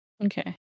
Okay